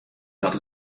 dat